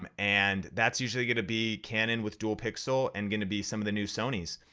um and that's usually gonna be canon with dual pixel and gonna be some of the new sony's.